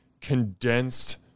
condensed